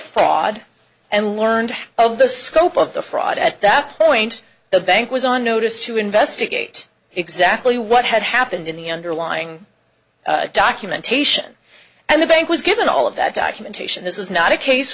fraud and learned of the scope of the fraud at that point the bank was on notice to investigate exactly what had happened in the underlying documentation and the bank was given all of that documentation this is not a case